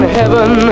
heaven